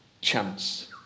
chance